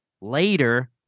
later